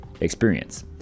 experience